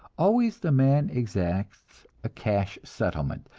always the man exacts a cash settlement,